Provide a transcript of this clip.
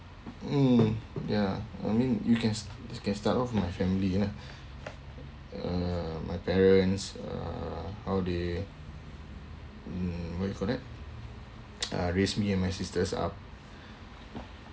mm ya I mean you can can start of my family lah uh my parents uh how they mm what you call that uh raise me and my sisters up